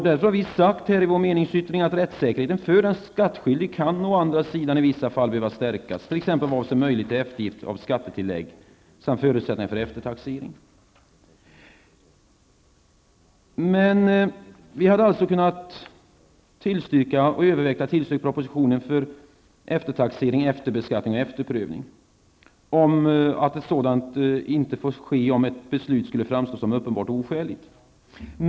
Därför har vi i vår meningsyttring uttalat att ''rättssäkerheten för den skattskyldige kan å andra sidan i vissa fall behöva stärkas, t.ex. i vad avser möjligheten till eftergift av skattetillägg samt förusättningarna för eftertaxering''. Vi hade varit beredda att tillstyrka propositionens förslag i den del som handlar om eftertaxering, efterbeskattning och efterprövning, att sådant inte får ske om ett beslut skulle framstå som uppenbart oskäligt.